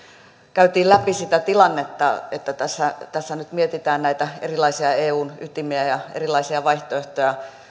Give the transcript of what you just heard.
käytiin läpi sitä tilannetta että tässä tässä nyt mietitään näitä erilaisia eun ytimiä ja erilaisia vaihtoehtoja